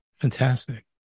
Fantastic